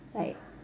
like